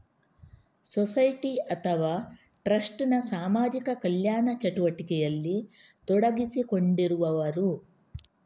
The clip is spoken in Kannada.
ಸೊಸೈಟಿ ಅಥವಾ ಟ್ರಸ್ಟ್ ನ ಸಾಮಾಜಿಕ ಕಲ್ಯಾಣ ಚಟುವಟಿಕೆಯಲ್ಲಿ ತೊಡಗಿಸಿಕೊಂಡಿರುವವರು